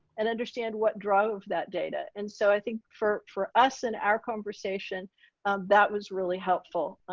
and understand what drove that data. and so, i think for for us and our conversation that was really helpful.